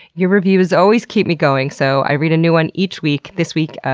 your reviews always keep me going! so i read a new one each week. this week, ah